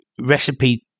recipe